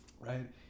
Right